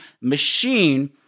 machine